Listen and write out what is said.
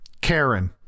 Karen